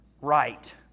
Right